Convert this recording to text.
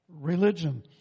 religion